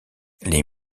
les